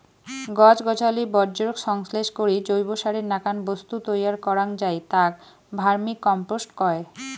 গছ গছালি বর্জ্যক সংশ্লেষ করি জৈবসারের নাকান বস্তু তৈয়ার করাং যাই তাক ভার্মিকম্পোস্ট কয়